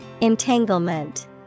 Entanglement